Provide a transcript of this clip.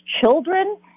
children